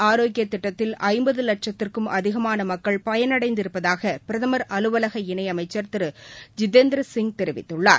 ஆரோக்கியதிட்டத்தில் ஐம்பதுலட்சத்துக்கும் பிரதமரின் மக்கள் அதிகமானமக்கள் பயனடைந்திருப்பதாகபிரதமர் அலுவலக இணையமைச்சர் திரு ஜிதேந்திரசிங் தெரிவித்துள்ளார்